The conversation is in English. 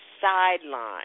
sideline